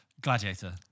Gladiator